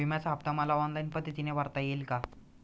विम्याचा हफ्ता मला ऑनलाईन पद्धतीने भरता येईल का?